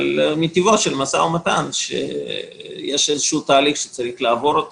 אבל מטיבו של משא ומתן שיש איזשהו תהליך שצריך לעבור.